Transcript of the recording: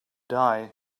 die